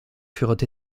furent